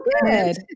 Good